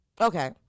Okay